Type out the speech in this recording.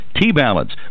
T-Balance